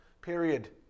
period